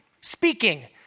speaking